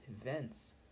events